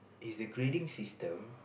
is the grading system